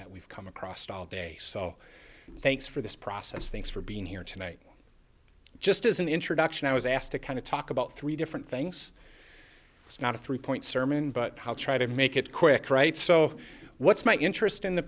that we've come across thanks for this process thanks for being here tonight just as an introduction i was asked to kind of talk about three different things it's not a three point sermon but how try to make it quick right so what's my interest in th